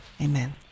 Amen